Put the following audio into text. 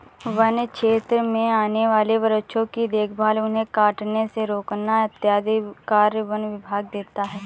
वन्य क्षेत्र में आने वाले वृक्षों की देखभाल उन्हें कटने से रोकना इत्यादि कार्य वन विभाग देखता है